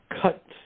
cut